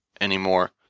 anymore